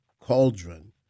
cauldron